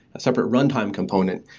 a separate runtime component,